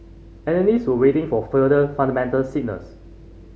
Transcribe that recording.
analyst were waiting for further fundamental signals